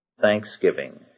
thanksgiving